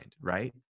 right